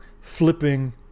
flipping